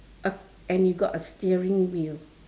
uh and you got a steering wheel